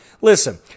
listen